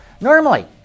Normally